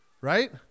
right